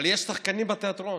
אבל יש שחקנים בתיאטרון: